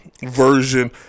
version